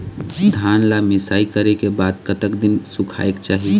धान ला मिसाई करे के बाद कतक दिन सुखायेक चाही?